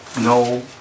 no